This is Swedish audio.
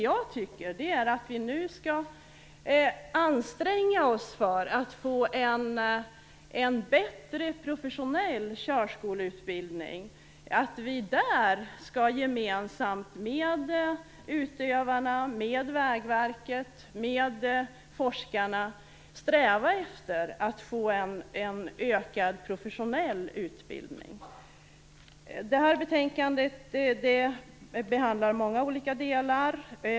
Jag tycker att vi nu skall anstränga oss att få en bättre professionell körskoleutbildning och att vi där, gemensamt med utövarna, Vägverket och forskarna, skall sträva efter att få en ökad professionell utbildning. Det här betänkandet behandlar många olika delar.